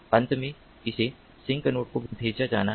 अंत में इसे सिंक नोड को भेजा जाना है